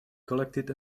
collected